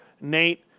Nate